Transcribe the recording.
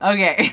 Okay